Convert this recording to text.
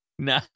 No